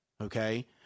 okay